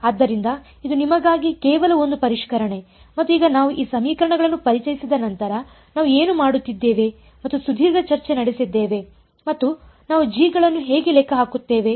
ಆದ್ದರಿಂದ ಇದು ನಿಮಗಾಗಿ ಕೇವಲ ಒಂದು ಪರಿಷ್ಕರಣೆ ಮತ್ತು ಈಗ ನಾವು ಈ ಸಮೀಕರಣಗಳನ್ನು ಪರಿಚಯಿಸಿದ ನಂತರ ನಾವು ಏನು ಮಾಡಿದ್ದೇವೆ ಮತ್ತು ಸುದೀರ್ಘ ಚರ್ಚೆ ನಡೆಸಿದ್ದೇವೆ ಮತ್ತು ನಾವು g ಗಳನ್ನು ಹೇಗೆ ಲೆಕ್ಕ ಹಾಕುತ್ತೇವೆ